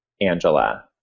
Angela